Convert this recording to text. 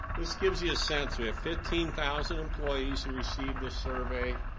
this gives you a sense. we have fifteen thousand employees who received this survey,